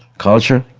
culture?